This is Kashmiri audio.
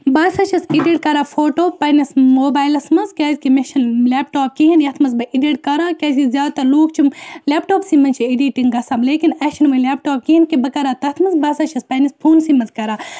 بہٕ ہَسا چھَس اٮ۪ڈِٹ کَران فوٹو پنٛنِس موبایلَس منٛز کیٛازِکہِ مےٚ چھَنہٕ لٮ۪پٹاپ کِہیٖنۍ یَتھ منٛز بہٕ اٮ۪ڈِٹ کَرٕ ہا کیٛازِکہِ زیادٕ تر لُکھ چھِ لٮ۪پٹاپسٕے منٛز چھِ اٮ۪ڈِٹِنٛگ گژھان لیکِن اَسہِ چھِنہٕ وۄنۍ لٮ۪پٹاپ کِہیٖنۍ کہِ بہٕ کَرٕ ہا تَتھ منٛز بہٕ ہَسا چھَس پنٛنِس فونسٕے منٛز کَران